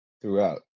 throughout